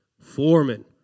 Foreman